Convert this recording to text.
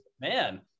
Man